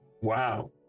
wow